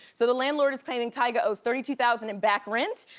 so the landlord is claiming tiger owes thirty two thousand in back rent.